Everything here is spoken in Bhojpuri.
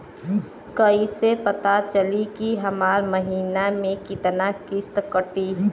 कईसे पता चली की हमार महीना में कितना किस्त कटी?